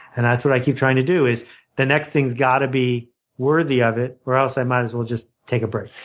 and that's what i keep trying to do, is the next thing has got to be worthy of it or else i might as well just take a break.